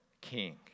king